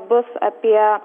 bus apie